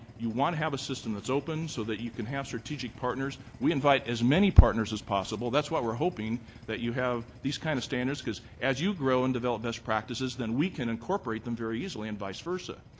you want to have a system that's open so that you can have strategic partners. we invite as many partners as possible. that's why we're hoping that you have these kind of standards because as you grow and develop best practices, then we can incorporate them very easily and vice versa.